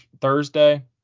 Thursday